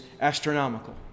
astronomical